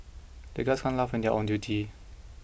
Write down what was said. the guards can't laugh when they are on duty